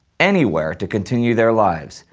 anywhere to continue their lives.